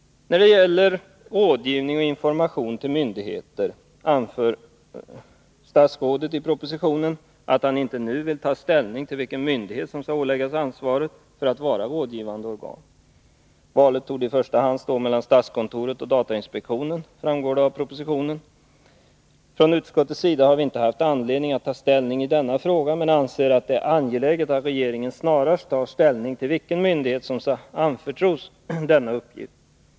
När det gäller rådgivning och information till myndigheter anför statsrådet i propositionen att han inte nu vill ta ställning till vilken myndighet som skall åläggas ansvaret att vara rådgivande organ. Valet står i första hand mellan statskontoret och datainspektionen, framgår det av propositionen. Utskottet har inte haft anledning att ta ställning i denna fråga men anser det angeläget att regeringen snarast tar ställning till vilken myndighet som skall anförtros denna uppgift.